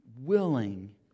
willing